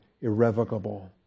irrevocable